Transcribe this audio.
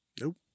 Nope